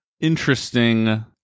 interesting